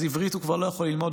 אז עברית הוא כבר לא יכול ללמוד,